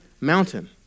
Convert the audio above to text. mountain